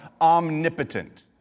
omnipotent